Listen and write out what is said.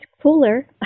cooler